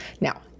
Now